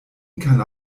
kann